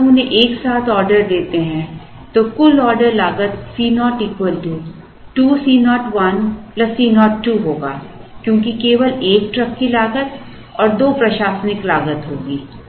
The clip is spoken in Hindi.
अब जब हम उन्हें एक साथ ऑर्डर देते हैं तो कुल ऑर्डर लागत Co 2 C 0 1 C 0 2 होगा क्योंकि केवल एक ट्रक की लागत और दो प्रशासनिक लागत होगी